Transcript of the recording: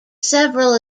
several